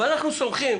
אבל אנחנו סומכים